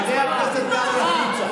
חבר הכנסת קרעי, זוהי מילה קיצונית.